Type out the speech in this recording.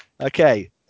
Okay